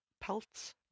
pelts